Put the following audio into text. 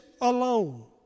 alone